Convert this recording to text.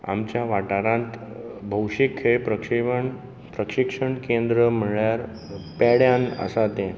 आमच्या वाटारांत भौशीक खेळ प्रक्षिवण प्रशिक्षण केंद्र म्हणल्यार पेड्यां आसा तें